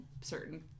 certain